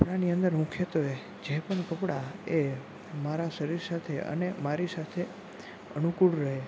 કપડાની અંદર મુખ્યત્વે જે પણ કપડાં એ મારા શરીર સાથે અને મારી સાથે અનુકૂળ રહે